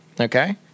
okay